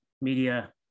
media